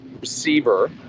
receiver